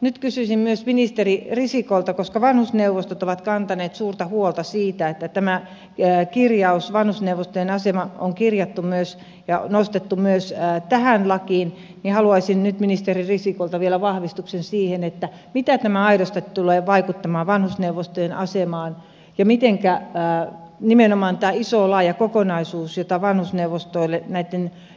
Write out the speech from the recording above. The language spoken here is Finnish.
nyt kysyisin ministeri risikolta koska vanhusneuvostot ovat kantaneet suurta huolta siitä että tämä kirjaus vanhusneuvostojen asemasta on kirjattu ja nostettu myös tähän lakiin vielä vahvistuksen siitä mitä tämä aidosti tulee vaikuttamaan vanhusneuvostojen asemaan ja mitenkä toimii nimenomaan tämä iso laaja kokonaisuus joka vanhusneuvostoille